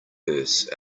purse